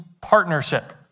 partnership